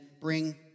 bring